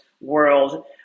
world